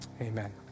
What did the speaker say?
Amen